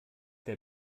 der